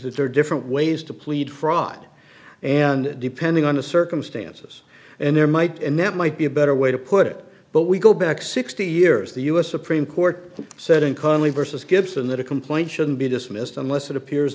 that there are different ways to plead fraud and depending on the circumstances and there might and that might be a better way to put it but we go back sixty years the u s supreme court said in conley versus gibson that a complaint shouldn't be dismissed unless it appears